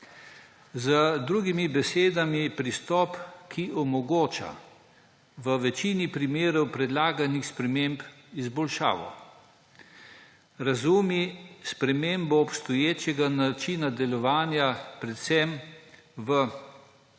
Z drugimi besedami pristop, ki omogoča v večini primerov predlaganih sprememb izboljšavo, razume spremembo obstoječega načina delovanja predvsem v zagotavljanju